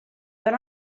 but